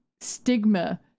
stigma